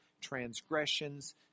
transgressions